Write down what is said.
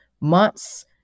months